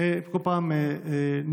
כל פעם נדחים.